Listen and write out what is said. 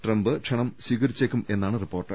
Trump ക്ഷണം സ്വീകരിച്ചേ ക്കുമെന്നാണ് റിപ്പോർട്ട്